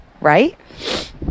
right